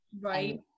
Right